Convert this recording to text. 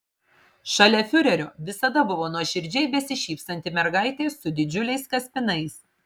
šalia fiurerio visada buvo nuoširdžiai besišypsanti mergaitė su didžiuliais kaspinais